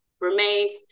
remains